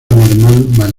normal